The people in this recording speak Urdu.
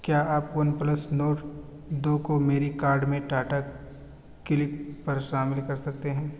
کیا آپ ون پلس نورڈ دو کو میری کارڈ میں ٹاٹا کلک پر شامل کر سکتے ہیں